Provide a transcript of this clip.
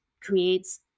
creates